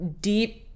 deep